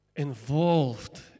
Involved